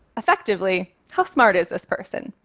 effectively, how smart is this person?